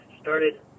started